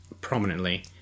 prominently